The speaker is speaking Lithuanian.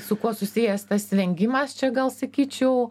su kuo susijęs tas vengimas čia gal sakyčiau